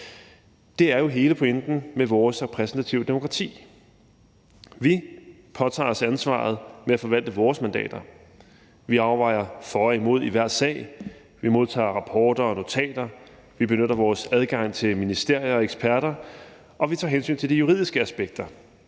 Det er jo hele pointen med vores repræsentative demokrati. Vi påtager os ansvaret med at forvalte vores mandater, vi afvejer for og imod i hver sag, vi modtager rapporter og notater, vi benytter vores adgang til ministerier og eksperter, og vi tager hensyn til de juridiske aspekter.